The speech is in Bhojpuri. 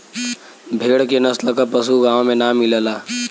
भेड़ के नस्ल क पशु गाँव में ना मिलला